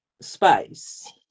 space